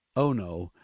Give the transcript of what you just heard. oh, no.